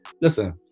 listen